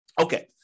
Okay